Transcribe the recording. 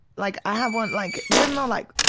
like i have one, like there's no, like,